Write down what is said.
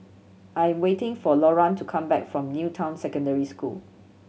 I am waiting for Loran to come back from New Town Secondary School